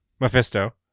Mephisto